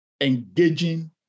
Engaging